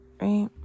right